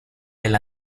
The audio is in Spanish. del